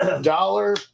dollar